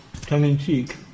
tongue-in-cheek